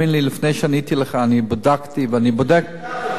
לפני שעניתי לך בדקתי ואני בודק, בטוח.